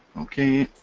ok.